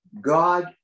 God